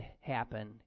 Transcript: happen